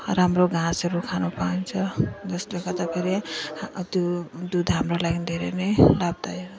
राम्रो घाँसहरू खानु पाइन्छ जसले गर्दाखेरि त्यो दुध हाम्रो लागि धेरै नै लाभदायक